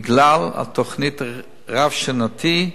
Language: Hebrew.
בגלל התוכנית הרב-שנתית,